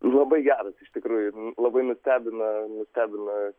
labai geras iš tikrųjų labai nustebina nustebina